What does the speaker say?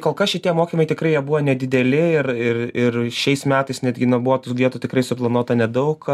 kol kas šitie mokymai tikrai jie buvo nedideli ir ir ir šiais metais netgi buvo tų vietų tikrai suplanuota nedaug